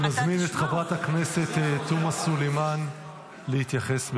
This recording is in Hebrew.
אני מזמין את חברת הכנסת תומא סלימאן להתייחס.